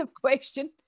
question